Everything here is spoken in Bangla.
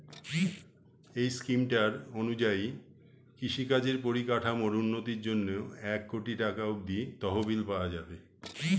এই স্কিমটার অনুযায়ী কৃষিকাজের পরিকাঠামোর উন্নতির জন্যে এক কোটি টাকা অব্দি তহবিল পাওয়া যাবে